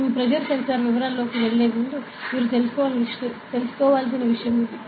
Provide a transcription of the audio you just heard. మేము pressure sensor వివరాల్లోకి వెళ్ళే ముందు మీరు తెలుసుకోవలసిన విషయం ఇది